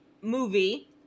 movie